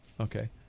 okay